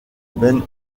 ben